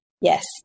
Yes